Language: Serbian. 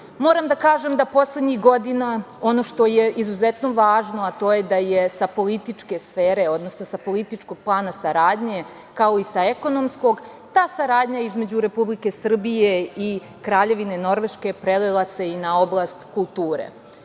da kažem da poslednjih godina ono što je izuzetno važno, a to je da je sa političke sfere, odnosno sa političkog plana saradnje, kao i sa ekonomskog, ta saradnja između Republike Srbije i Kraljevine Norveške, prelila se i na oblast kulture.